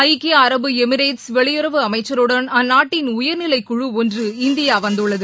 ஐக்கிய அரபு எமிரேட்ஸ் வெளியுறவு அமைச்சருடன் அந்நாட்டின் உயர்நிலை குழு ஒன்று இந்தியா வந்துள்ளது